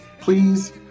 please